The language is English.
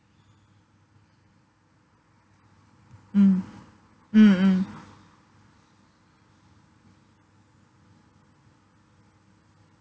mm mm mm